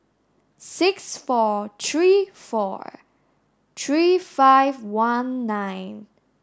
six four three four three five one nine